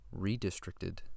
redistricted